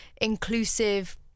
inclusive